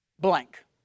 Blank